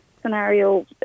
scenario